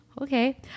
Okay